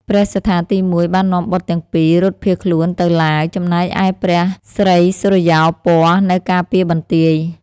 ព្រះសត្ថាទី១ បាននាំបុត្រទាំងពីររត់ភៀសខ្លួនទៅឡាវ ចំណែកឯព្រះស្រីសុរិយោពណ៌នៅការពារបន្ទាយ។